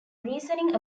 reasoning